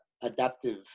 adaptive